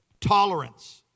Tolerance